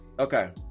Okay